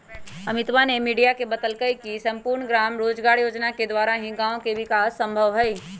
अमितवा ने मीडिया के बतल कई की सम्पूर्ण ग्राम रोजगार योजना के द्वारा ही गाँव के विकास संभव हई